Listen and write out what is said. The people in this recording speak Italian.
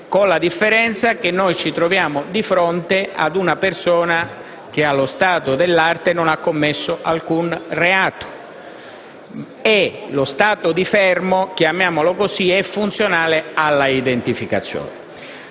con la differenza che ci troviamo di fronte ad una persona che allo stato dell'arte non ha commesso alcun reato. E lo stato di fermo, chiamiamolo così, è funzionale alla identificazione.